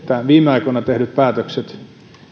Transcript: viime aikoina tehdyt päätökset